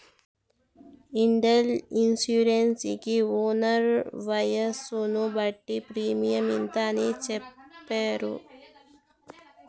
ఇండ్ల ఇన్సూరెన్స్ కి ఓనర్ వయసును బట్టి ప్రీమియం ఇంత అని చెప్తారు